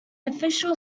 official